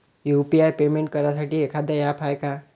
UPI payment करासाठी एखांद app हाय का?